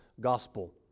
gospel